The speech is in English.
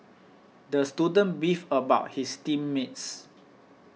the student beefed about his team mates